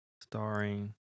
starring